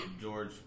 George